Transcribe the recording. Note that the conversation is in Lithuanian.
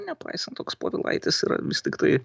nepaisant toks povilaitis yra vis tiktai